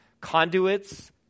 conduits